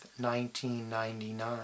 1999